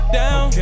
down